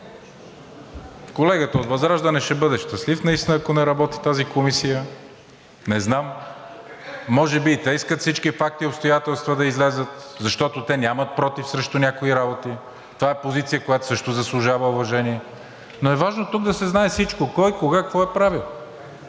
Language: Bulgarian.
Колегата от ВЪЗРАЖДАНЕ ще бъде щастлив наистина, ако не работи тази комисия. Не знам, може би и те искат всички факти и обстоятелства да излязат, защото те нямат против срещу някои работи. Това е позиция, която също заслужава уважение, но е важно тук да се знае всичко – кой, кога, какво е правил.